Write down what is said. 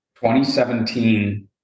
2017